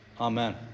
Amen